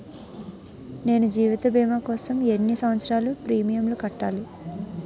నేను జీవిత భీమా కోసం ఎన్ని సంవత్సారాలు ప్రీమియంలు కట్టాలి?